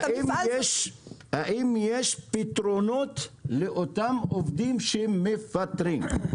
האם יש פתרונות לאותם עובדים שמפטרים?